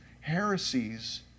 heresies